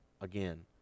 Again